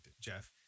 Jeff